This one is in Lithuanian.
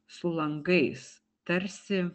su langais tarsi